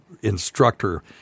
instructor –